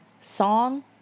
song